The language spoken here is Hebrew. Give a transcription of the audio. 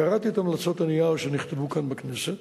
קראתי את המלצות הנייר שנכתבו כאן בכנסת.